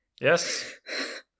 yes